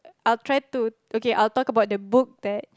I'll try to okay I'll talk about the book that